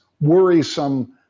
worrisome